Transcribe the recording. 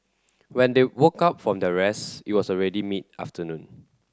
when they woke up from their rest it was already mid afternoon